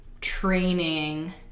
training